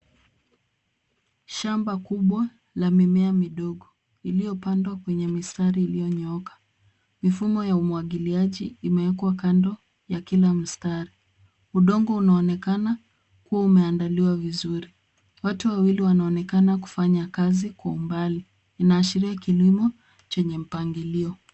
Shamba kubwa la mimea midogo iliyopandwa kwenye mistari iliyonyooka. Mifumo ya umwagiliaji imewekwa kando ya kila mstari. Udongo unaonekana kuwa umeandaliwa vizuri Watu wawili wanaoonekana kufanya kazi kwa umbali. Inaashiria kilimo chenye mpangilio.